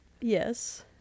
Yes